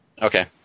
Okay